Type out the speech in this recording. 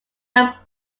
left